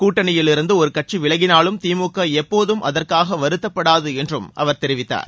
கூட்டணியிலிருந்து ஒரு கட்சி விலகினாலும் திமுக எப்போதும் அதற்காக வருத்தப்படாது என்றும் அவர் தெரிவித்தார்